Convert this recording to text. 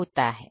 जी